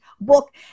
book